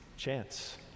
Chance